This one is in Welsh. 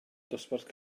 dosbarth